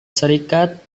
serikat